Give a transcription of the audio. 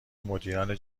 مدیران